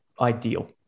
ideal